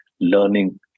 learning